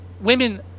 women